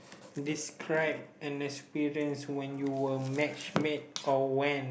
describe an experience when you were matchmade or went